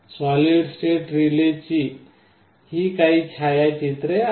solid state रिलेची ही काही छायाचित्रे आहेत